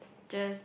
just